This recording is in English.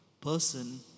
person